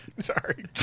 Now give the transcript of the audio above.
Sorry